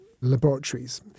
laboratories